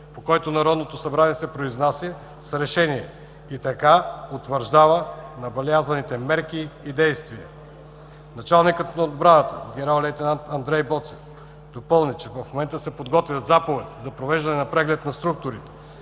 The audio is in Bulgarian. по който Народното събрание се произнася с решение и така утвърждава набелязаните мерки и действия. Началникът на отбраната генерал-лейтенант Андрей Боцев допълни, че в момента се подготвя заповед за провеждане на преглед на структурите.